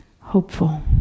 hopeful